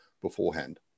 beforehand